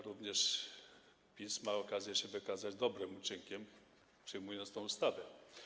Również PiS ma okazję wykazać się dobrym uczynkiem, przyjmując tę ustawę.